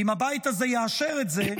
ואם הבית הזה יאשר את זה,